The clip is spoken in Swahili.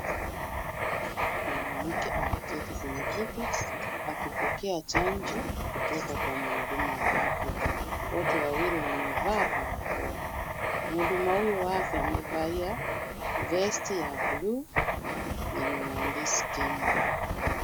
Mwanamke ameketi kwenye kiti, akipokea chanjo, kutoka kwa muhudumu wa afya, wote wawili wamevaa barakoa, muhudumu huyo wa afya amevalia, vesti ya (cs)blue(cs), yenye maandisi KEMRI.